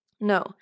No